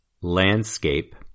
landscape